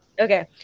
Okay